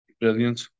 Brilliant